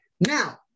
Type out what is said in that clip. Now